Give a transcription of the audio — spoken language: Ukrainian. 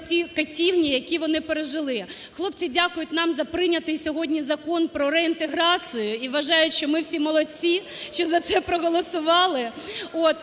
ті катівні, які вони пережили. Хлопця дякую нам за прийнятий сьогодні Закон про реінтеграцію і вважають, що ми всі молодці, що за це проголосували.